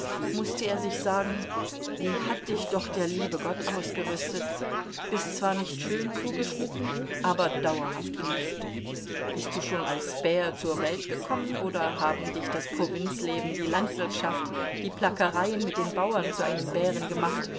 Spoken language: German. mußte er sich sagen wie hat dich doch der liebe gott ausgerüstet bist zwar nicht schön zugeschnitten aber dauerhaft genäht bist du schon als bär zur welt gekommen oder haben dich das provinzleben die landwirtschaft die plackereien mit den bauern zu einem bären gemacht